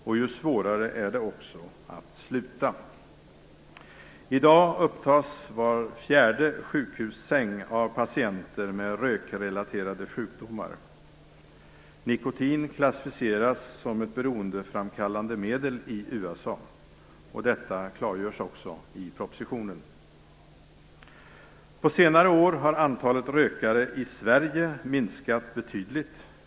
Det blir dessutom svårare att sluta. I dag upptas var fjärde sjukhussäng av patienter med rökrelaterade sjukdomar. Nikotin klassificeras som ett beroendeframkallande medel i USA. Detta klargörs också i propositionen. På senare år har antalet rökare minskat betydligt i Sverige.